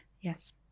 Yes